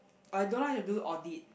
I don't like to do audit